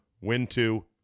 win-two